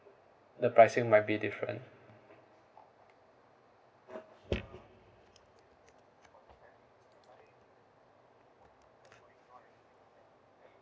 the pricing might be different